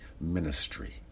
ministry